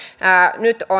nyt on